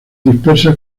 dispersa